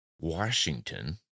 Washington